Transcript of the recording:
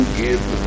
give